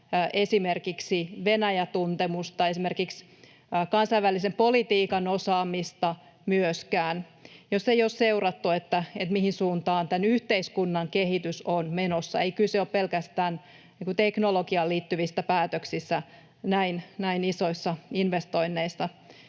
esimerkiksi Venäjä-tuntemusta, esimerkiksi kansainvälisen politiikan osaamista myöskään, jos ei ole seurattu, mihin suuntaan tämän yhteiskunnan kehitys on menossa. Ei kyse ole pelkästään teknologiaan liittyvistä päätöksistä näin isoissa investoinneissa,